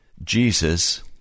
Jesus